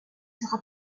sera